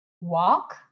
walk